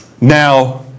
Now